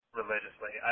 religiously